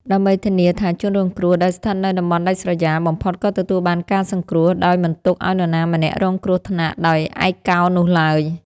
ដើម្បីធានាថាជនរងគ្រោះដែលស្ថិតនៅតំបន់ដាច់ស្រយាលបំផុតក៏ទទួលបានការសង្គ្រោះដោយមិនទុកឱ្យនរណាម្នាក់រងគ្រោះថ្នាក់ដោយឯកោនោះឡើយ។